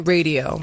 Radio